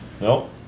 No